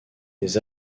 des